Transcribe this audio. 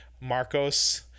marcos